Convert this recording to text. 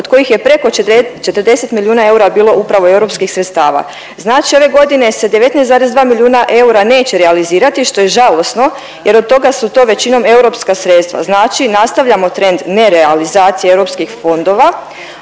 od kojih je preko 40 milijuna eura bilo upravo europskih sredstava. Znači ove godine se 19,2 milijuna eura neće realizirati što je žalosno jer od toga su to većinom europska sredstva. Znači nastavljamo trend ne realizacije europskih fondova,